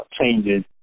changes